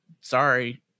sorry